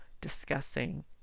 discussing